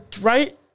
Right